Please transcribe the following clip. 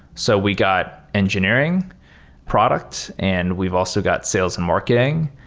so we got engineering products, and we've also got sales and marketing,